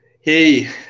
Hey